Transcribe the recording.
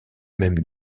même